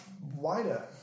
wider